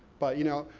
but you know,